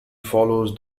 follows